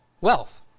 Wealth